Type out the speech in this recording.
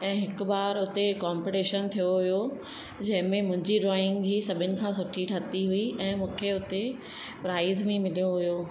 ऐं हिकु बार हुते कॉम्पिटिशन थियो हुओ जंहिंमें मुंहिंजी ड्राइंग ई सभिनि खां सुठी ठही हुई ऐं मूंखे हुते प्राइज़ बि मिलियो हुओ